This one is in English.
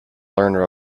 learner